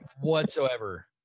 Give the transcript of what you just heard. whatsoever